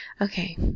Okay